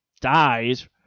dies